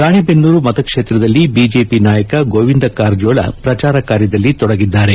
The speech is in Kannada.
ರಾಣೆಬೆನ್ನೂರು ಮತಕ್ಷೇತ್ರದಲ್ಲಿ ಬಿಜೆಪಿ ನಾಯಕ ಗೋವಿಂದ ಕಾರಜೋಳ ಪ್ರಚಾರ ಕಾರ್ಯದಲ್ಲಿ ತೊಡಗಿದ್ದಾರೆ